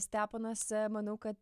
steponas manau kad